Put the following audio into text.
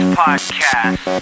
podcast